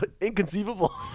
Inconceivable